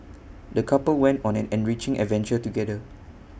the couple went on an enriching adventure together